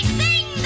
sing